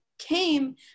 came